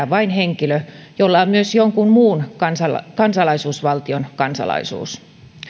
vain henkilö jolla on myös jonkun muun kansalaisuusvaltion kansalaisuus